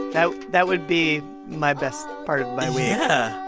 that that would be my best part of my week yeah,